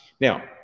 Now